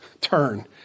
turn